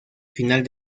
final